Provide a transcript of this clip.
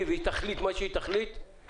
שהיא תחליט והיא תביא רפורמה,